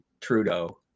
Trudeau